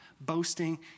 boasting